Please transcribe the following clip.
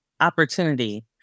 opportunity